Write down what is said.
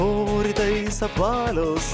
o rytais apvalios